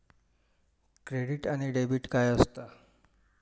Credit आणि debit काय असता?